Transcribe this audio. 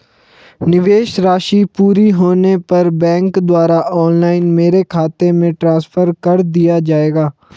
निवेश राशि पूरी होने पर बैंक द्वारा ऑनलाइन मेरे खाते में ट्रांसफर कर दिया जाएगा?